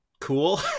cool